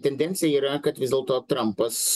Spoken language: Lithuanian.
tendencija yra kad vis dėlto trampas